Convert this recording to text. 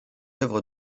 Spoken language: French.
œuvres